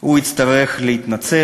שהוא יצטרך להתנצל.